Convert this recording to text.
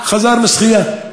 חזר משחייה,